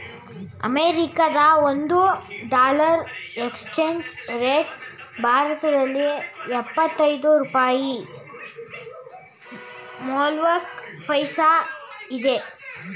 ಅಮೆರಿಕದ ಒಂದು dollar exchange rate ಭಾರತದಲ್ಲಿ ಎಪ್ಪತ್ತೈದು ರೂಪಾಯಿ ಮೂವ್ನಾಲ್ಕು ಪೈಸಾ ಇದೆ